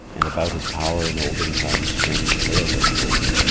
and about his power in olden times strange tales are told.